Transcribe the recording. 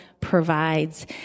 provides